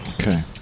Okay